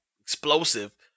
explosive